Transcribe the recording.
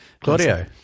Claudio